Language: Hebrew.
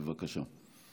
בבקשה.